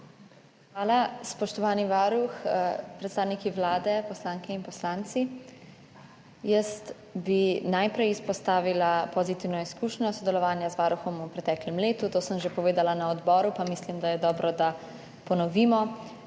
Hvala. Spoštovani varuh, predstavniki Vlade, poslanke in poslanci! Najprej bi izpostavila pozitivno izkušnjo sodelovanja z Varuhom v preteklem letu. To sem že povedala na odboru pa mislim, da je dobro, da ponovimo.